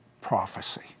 prophecy